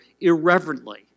irreverently